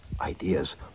ideas